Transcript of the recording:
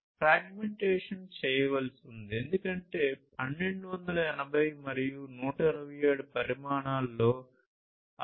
fragmentation చేయవలసి ఉంది ఎందుకంటే 1280 మరియు 127 పరిమాణాలలో అసమతుల్యత ఉంది